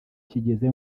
kigeze